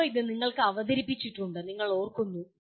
മുമ്പ് ഇത് നിങ്ങൾക്ക് അവതരിപ്പിച്ചിട്ടുണ്ട് നിങ്ങൾ ഓർക്കുന്നു